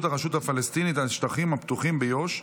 הרשות הפלסטינית על השטחים הפתוחים ביו"ש,